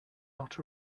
not